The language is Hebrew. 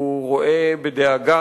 הוא רואה בדאגה